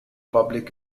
public